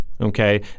Okay